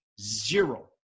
Zero